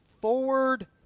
forward